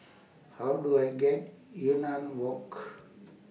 How Do I get Yunnan Walk